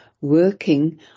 working